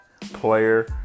player